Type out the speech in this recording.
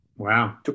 Wow